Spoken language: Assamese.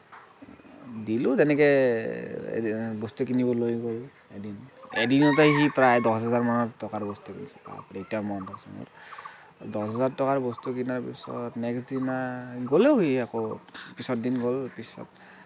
দিলোঁ তেনেকে এদিন বস্তু কিনিব লৈ গৈ এদিনতে সি প্ৰায় দহ হাজাৰ মানৰ টকাৰ লষ্ট হৈছে বাপৰে এতিয়াও মনত আছে মোৰ দহ হাজাৰ টকাৰ বস্তু কিনাৰ পিছত নেক্সট দিনা গ'লোঁ আকৌ পিছৰ দিন